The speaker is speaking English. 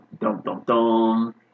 dum-dum-dum